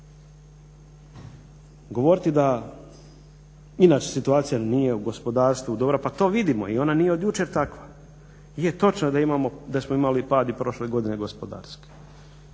Govoriti da inače situacija nije u gospodarstvu dobra, pa to vidimo i ona nije od jučer takva. Je točno da imamo, da smo imali pad i prošle godine gospodarski.